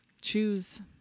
Choose